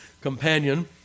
companion